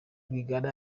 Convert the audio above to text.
rwigara